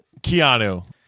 Keanu